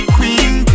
Queen